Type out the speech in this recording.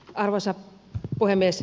arvoisa puhemies